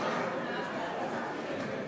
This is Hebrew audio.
סעיפים 1 2